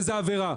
איזו עבירה?